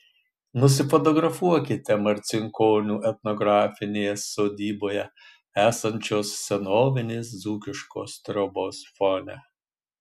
nusifotografuokite marcinkonių etnografinėje sodyboje esančios senovinės dzūkiškos trobos fone